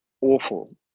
awful